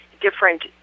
different